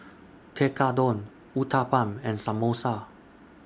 Tekkadon Uthapam and Samosa